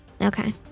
Okay